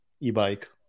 e-bike